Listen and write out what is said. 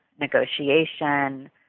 negotiation